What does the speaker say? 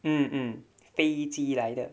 mm mm 飞机来的